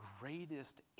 greatest